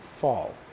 fall